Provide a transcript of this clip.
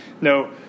No